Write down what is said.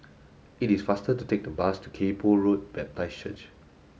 it is faster to take the bus to Kay Poh Road Baptist Church